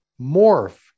morph